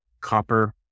copper